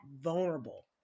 vulnerable